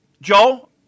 Joel